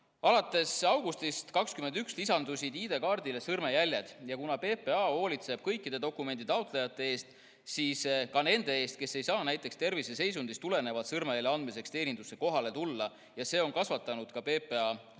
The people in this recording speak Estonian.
Alates augustist 2021 lisandusid ID‑kaardile sõrmejäljed. Kuna PPA hoolitseb kõikide dokumenditaotlejate eest, ka nende eest, kes ei saa näiteks terviseseisundist tulenevalt sõrmejälgede andmiseks teenindusse kohale tulla, siis on see kasvatanud PPA